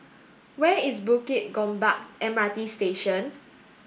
where is Bukit Gombak M R T Station